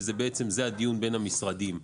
וזה הדיון בין המשרדים.